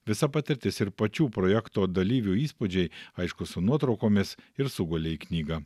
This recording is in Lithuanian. visa patirtis ir pačių projekto dalyvių įspūdžiai aišku su nuotraukomis ir sugulė į knygą